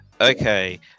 Okay